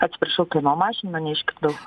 atsiprašau kieno mažinimą neišgirdau